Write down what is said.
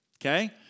Okay